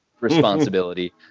responsibility